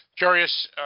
Curious